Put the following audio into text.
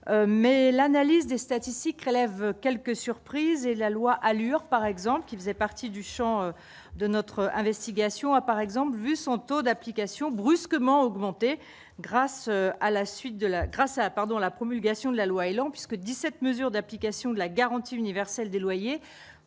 mais l'analyse des statistiques relèvent quelques surprises et la loi allure par exemple, qui faisait partie du Champ de notre investigation a par exemple vu son taux d'application brusquement augmenté grâce à la suite de la grâce à pardon la promulgation de la loi élan puisque 17 mesures d'application de la garantie universelle des loyers de la loi